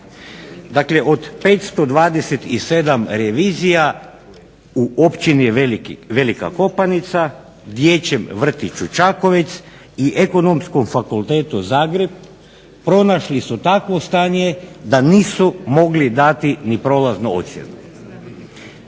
Dakle, od 527 revizija u općini Velika Kopanica, dječjem vrtiću Čakovec i ekonomskom fakultetu Zagreb pronašli su takvo stanje da nisu mogli dati ni prolaznu ocjenu.